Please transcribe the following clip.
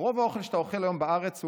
רוב האוכל שאתה אוכל היום בארץ,